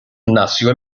nació